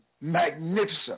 magnificent